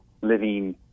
living